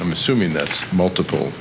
i'm assuming that's multiple